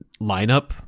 lineup